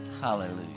Hallelujah